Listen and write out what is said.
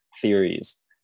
theories